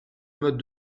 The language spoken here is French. mode